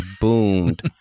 boomed